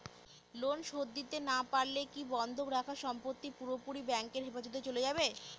Loan শোধ না দিতে পারলে কি বন্ধক রাখা সম্পত্তি পুরোপুরি ব্যাংকের হেফাজতে চলে যাবে?